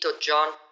john